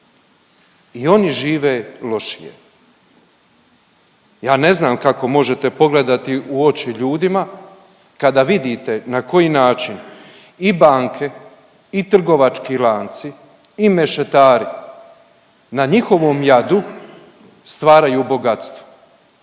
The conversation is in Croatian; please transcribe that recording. I oni žive lošije. Ja ne znam kako možete pogledati u oči ljudima kada vidite na koji način i banke i trgovački lanci i mešetari na njihovom jadu stvaraju bogatstvo.